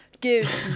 give